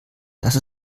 dass